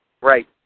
Right